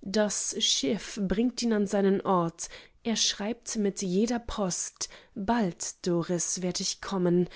das schiff bringt ihn an seinen ort er schreibt mit jeder post bald doris werd ich kommen